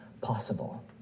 possible